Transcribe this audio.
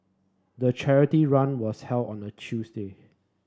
the charity run was held on a Tuesday